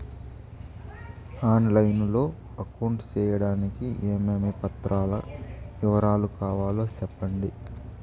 On line లో account సేయడానికి ఏమేమి పత్రాల వివరాలు కావాలో సెప్పండి?